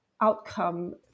outcome